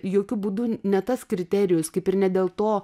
jokiu būdu ne tas kriterijus kaip ir ne dėl to